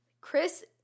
chris